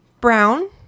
brown